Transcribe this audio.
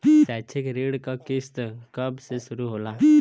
शैक्षिक ऋण क किस्त कब से शुरू होला?